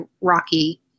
rocky